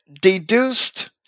deduced